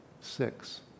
six